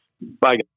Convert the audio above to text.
Bye